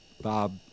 Bob